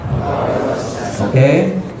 Okay